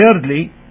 thirdly